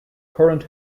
current